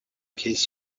case